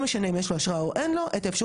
זאת אומרת, שביד אחת